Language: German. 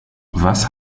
was